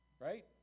right